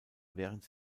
während